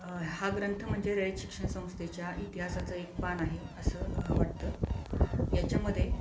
हा ग्रंथ म्हणजे रयत शिक्षण संस्थेच्या इतिहासाचं एक पान आहे असं वाटतं याच्यामध्ये